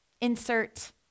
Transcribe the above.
insert